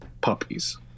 puppies